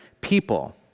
people